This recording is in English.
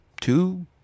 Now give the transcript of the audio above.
two